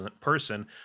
person